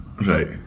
Right